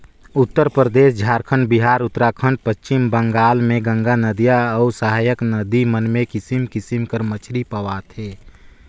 उत्तरपरदेस, झारखंड, बिहार, उत्तराखंड, पच्छिम बंगाल में गंगा नदिया अउ सहाएक नदी मन में किसिम किसिम कर मछरी पवाथे